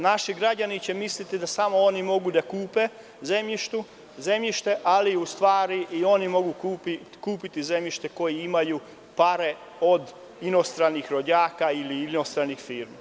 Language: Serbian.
Naši građani će misliti da samo oni mogu da kupe zemljište, ali u stvari i oni mogu kupiti zemljište koji imaju pare od inostranih rođaka ili inostranih firmi.